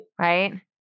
Right